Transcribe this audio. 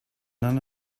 none